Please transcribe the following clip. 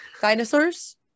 Dinosaurs